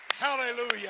Hallelujah